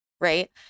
right